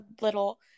little